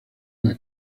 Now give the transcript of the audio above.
una